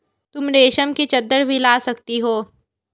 तुम रेशम की चद्दर भी ला सकती हो